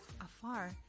Afar